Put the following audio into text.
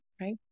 Right